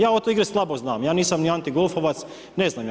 Ja o toj igri slabo znam, ja nisam ni anti golfovac, ne znam ja.